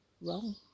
wrong